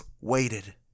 waited